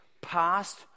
past